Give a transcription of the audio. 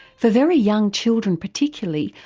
for very young children particularly,